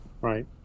Right